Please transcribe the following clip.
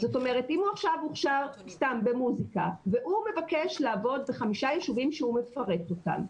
אם הוא הוכשר במוסיקה והוא מבקש לעבוד בחמישה יישובים שהוא מפרט אותם,